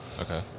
Okay